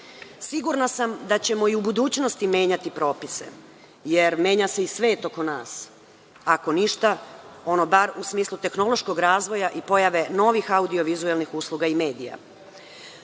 Sigurna sam da ćemo i u budućnosti menjati propise jer menja se i svet oko nas, ako ništa, ono bar u smislu tehnološkog razvoja i pojave novih audio-vizuelnih usluga i medija.